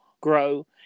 grow